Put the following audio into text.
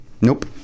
Nope